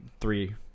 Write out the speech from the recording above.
three